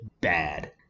bad